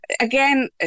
again